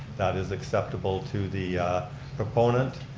that is acceptable to the proponent.